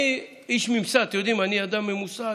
אני איש ממסד, אתם יודעים, אני אדם ממוסד,